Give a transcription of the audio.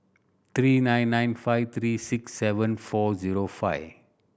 three nine nine five three six seven four zero five